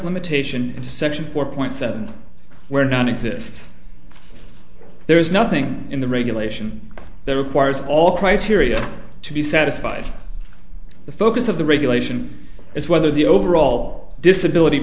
limitation to section four point seven where none exists there is nothing in the regulation that requires all criteria to be satisfied the focus of the regulation is whether the overall disability